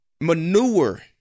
manure